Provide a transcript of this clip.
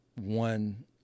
one